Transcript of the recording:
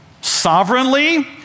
sovereignly